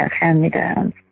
hand-me-downs